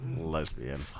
Lesbian